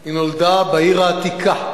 היא נולדה בעיר העתיקה,